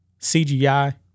CGI